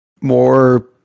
more